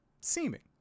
Seeming